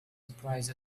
surprised